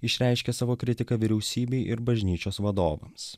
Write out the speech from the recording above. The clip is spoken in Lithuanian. išreiškė savo kritiką vyriausybei ir bažnyčios vadovams